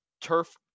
turf